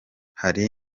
hari